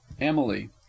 Emily